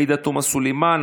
עאידה תומא סלימאן,